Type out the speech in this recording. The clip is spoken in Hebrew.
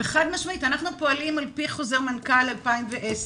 חד-משמעית, אנחנו פועלים על-פי חוזר מנכ"ל מ-2010,